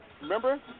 remember